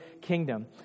kingdom